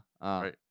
Right